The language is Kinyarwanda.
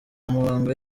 amabanga